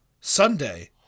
Sunday